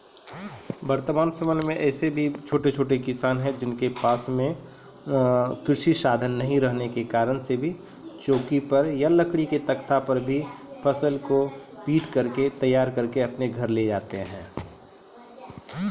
जेकरा लॅ पिटना नाय रहै छै वैं चौकी या लकड़ी के तख्ता पर भी पीटी क फसल तैयार करी लै छै